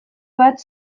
bat